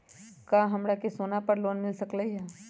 का हमरा के सोना पर लोन मिल सकलई ह?